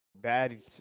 bad